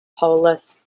paulus